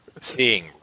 seeing